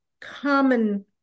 common